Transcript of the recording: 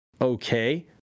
okay